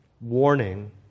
warning